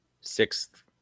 sixth